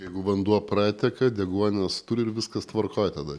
jeigu vanduo prateka deguonies turi ir viskas tvarkoj tada